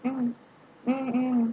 mm mm mm